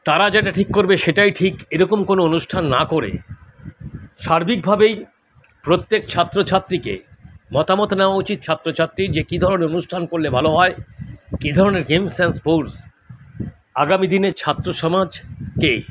তারা যেটা ঠিক করবে সেটাই ঠিক এরকম কোনো অনুষ্ঠান না করে সার্বিকভাবেই প্রত্যেক ছাত্র ছাত্রীকে মতামত নেওয়া উচিত ছাত্র ছাত্রীর যে কী ধরনের অনুষ্ঠান করলে ভালো হয় কী ধরনের গেমস অ্যান্ড স্পোর্টস আগামী দিনের ছাত্র সমাজকে